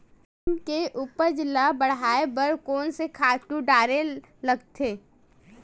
धान के उपज ल बढ़ाये बर कोन से खातु डारेल लगथे?